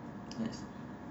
that's